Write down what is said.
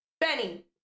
Benny